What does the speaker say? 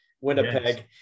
Winnipeg